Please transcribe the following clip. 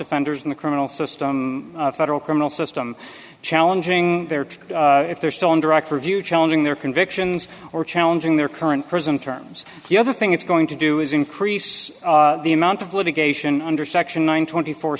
offenders in the criminal system federal criminal system challenging if they're still on direct review challenging their convictions or challenging their current prison terms the other thing it's going to do is increase the amount of litigation under section one twenty four